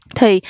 Thì